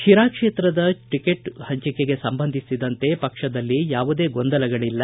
ಶಿರಾ ಕ್ಷೇತ್ರದ ಟಿಕೆಟ್ ಹಂಚಿಕೆಗೆ ಸಂಬಂಧಿಸಿದಂತೆ ಪಕ್ಷದಲ್ಲಿ ಯಾವುದೇ ಗೊಂದಲಗಳಲ್ಲ